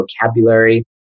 vocabulary